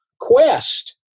quest